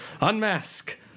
unmask